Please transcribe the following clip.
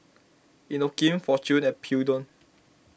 Inokim fortune and Peugeot